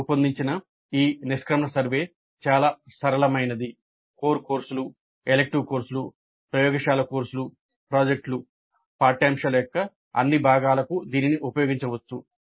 మేము రూపొందించిన ఈ నిష్క్రమణ సర్వే చాలా సరళమైనది కోర్ కోర్సులు ఎలిక్టివ్ కోర్సులు ప్రయోగశాల కోర్సులు ప్రాజెక్టులు పాఠ్యాంశాల యొక్క అన్ని భాగాలకు దీనిని ఉపయోగించవచ్చు